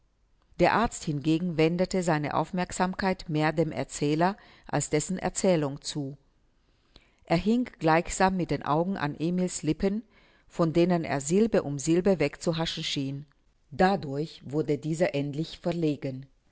der arzt hingegen wendete seine aufmerksamkeit mehr dem erzähler als dessen erzählung zu er hing gleichsam mit den augen an emil's lippen von denen er silbe um silbe wegzuhaschen schien dadurch wurde dieser endlich verlegen